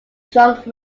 trunk